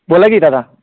बोला की दादा